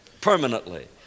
permanently